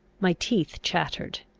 my teeth chattered.